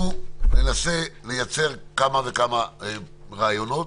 אנחנו ננסה לייצר כמה וכמה רעיונות